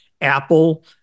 Apple